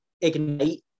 ignite